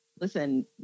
listen